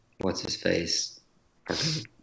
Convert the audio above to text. what's-his-face